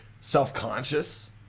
self-conscious